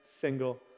single